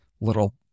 little